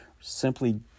simply